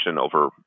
over